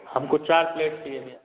हमको चार प्लेट चाहिए भैया